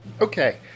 okay